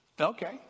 Okay